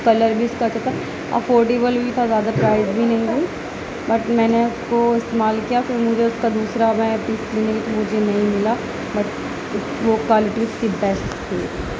colour بھی اس کا ایسا تھا افوڈیبل بھی تھا زیادہ پرائس بھی نہیں تھی بٹ میں نے اس کو استعمال کیا پھر مجھے اس کا دوسرا مجھے نہیں ملا بٹ وہ کوائلٹی اس کی بیسٹ تھی